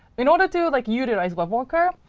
in order to like utilize webworker,